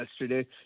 yesterday